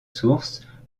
sources